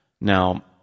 Now